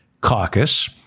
Caucus